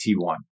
T1